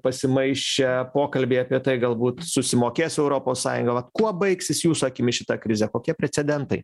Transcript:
pasimaišę pokalbiai apie tai galbūt susimokės europos sąjunga na kuo baigsis jūsų akimis šita krizė kokie precedentai